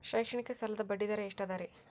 ಶೈಕ್ಷಣಿಕ ಸಾಲದ ಬಡ್ಡಿ ದರ ಎಷ್ಟು ಅದರಿ?